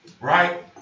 right